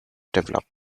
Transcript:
developed